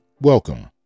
welcome